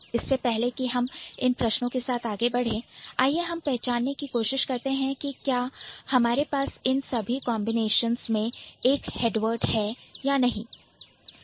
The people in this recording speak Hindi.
इससे पहले कि हम इन प्रश्नों के साथ आगे बढ़े आइए हम पहचाने की कोशिश करते हैं कि क्या हमारे पास इन सभी कांबिनेशंस उदाहरण के रूप में लिए गए प्रत्येक शब्द में में एक Head Word हेडवर्ड है या नहीं